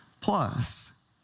plus